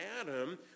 Adam